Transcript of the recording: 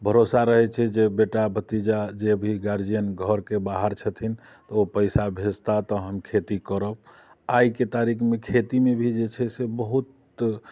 भरोसा रहै छै जे बेटा भतीजा जे भी गार्जियन घरके बाहर छथिन ओ पैसा भेजता तहन खेती करब आइके तारिकमे खेतीमे भी जे छै से बहुत